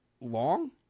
long